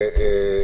או לחילופין,